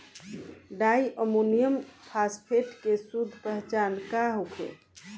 Di ammonium phosphate के शुद्ध पहचान का होखे?